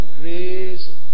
grace